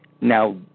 Now